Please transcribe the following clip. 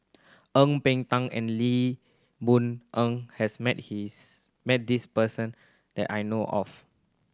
Ang Peng Tiam and Lee Boon Ngan has met his met this person that I know of